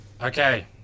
Okay